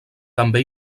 també